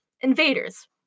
Invaders